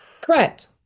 Correct